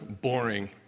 boring